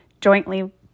jointly